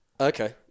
okay